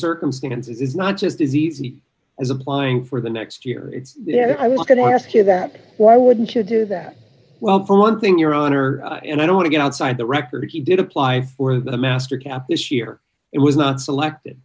circumstance is not just as easy as applying for the next year it's there i look at i ask you that why wouldn't you do that well for one thing your honor and i don't want to go outside the record he did apply for the master camp this year it was not selected